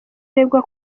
aregwa